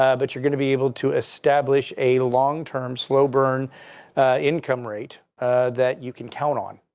ah but you're going to be able to establish a long-term, slow burn income rate that you can count on.